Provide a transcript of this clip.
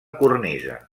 cornisa